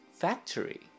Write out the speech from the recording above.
factory